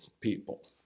people